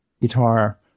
guitar